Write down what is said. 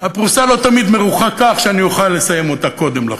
הפרוסה לא תמיד מרוחה כך שאני אוכל לסיים אותה קודם לכן.